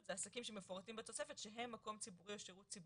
אלו עסקים שמפורטים בתוספת שהם מקום ציבורי או שירות ציבורי.